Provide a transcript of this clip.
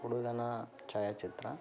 ಹುಡುಗನ ಛಾಯಾಚಿತ್ರ